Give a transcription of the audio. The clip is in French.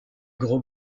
gros